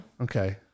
Okay